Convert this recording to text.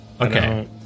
Okay